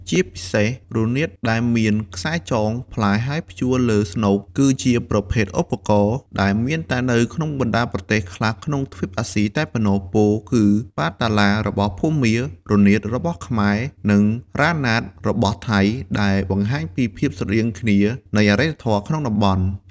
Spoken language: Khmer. ជាពិសេស រនាតដែលមានខ្សែចងផ្លែហើយព្យួរលើស្នូកគឺជាប្រភេទឧបករណ៍ដែលមានតែនៅក្នុងបណ្តាលប្រទេសខ្លះក្នុងទ្វីបអាស៊ីតែប៉ុណ្ណោះពោលគឺ ប៉ាតាឡា របស់ភូមា រនាត របស់ខ្មែរ និងរ៉ាណាត របស់ថៃដែលបង្ហាញពីភាពស្រដៀងគ្នានៃអរិយធម៌ក្នុងតំបន់។